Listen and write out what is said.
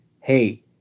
hey